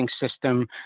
system